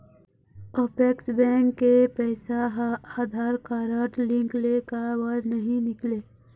Apex bank के पैसा हा आधार कारड लिंक ले काबर नहीं निकले?